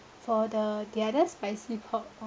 for the the other spicy pork